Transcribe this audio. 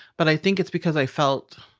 but i think it's because i felt,